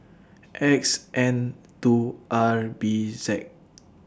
X N two R B Z